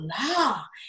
Allah